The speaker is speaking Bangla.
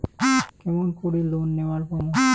কেমন করি লোন নেওয়ার পামু?